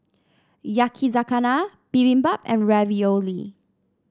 Yakizakana Bibimbap and Ravioli